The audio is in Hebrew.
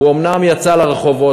הוא אומנם יצא לרחובות,